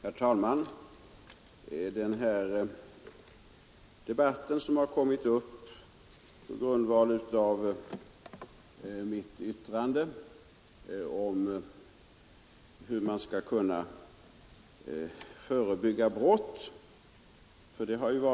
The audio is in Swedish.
Herr talman! Den här debatten grundar sig på mitt yttrande om hur man skall kunna förebygga brott.